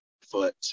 foot